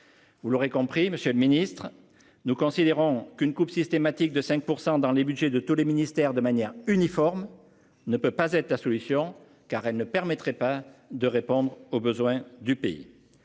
Vous l'aurez compris, Monsieur le Ministre, nous considérons qu'une coupe systématique de 5% dans les Budgets de tous les ministères de manière uniforme. Ne peut pas être la solution car elle ne permettrait pas de répondre aux besoins du pays.